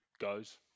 goes